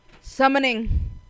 Summoning